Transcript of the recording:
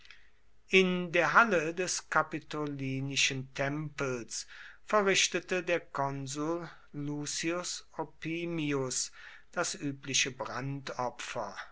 in der halle des kapitolinischen tempels verrichtete der konsul lucius opimius das übliche